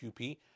QP